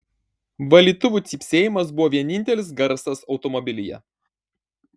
valytuvų cypsėjimas buvo vienintelis garsas automobilyje